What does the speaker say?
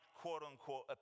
quote-unquote